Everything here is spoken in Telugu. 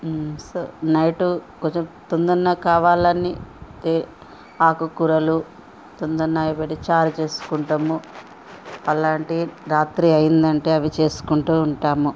నైటు కొంచెం తొందరగా కావాలని ఆకుకూరలు తొందరాగా ఇప్పుడు చారు చేసుకుంటాము అలాంటివి రాత్రి అయిందంటే అవి చేసుకుంటూ ఉంటాము